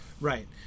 Right